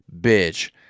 bitch